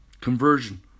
Conversion